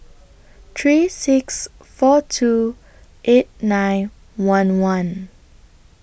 three six four two eight nine one one